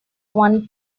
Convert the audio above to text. one